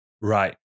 Right